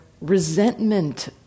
resentment